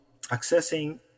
accessing